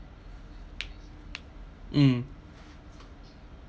mm